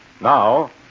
Now